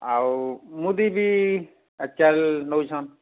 ଆଉ ମୁଦି ବି ଚାଲ ନୋଉଛନ